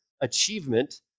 achievement